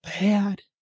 bad